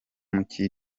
mucyo